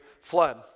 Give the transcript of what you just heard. flood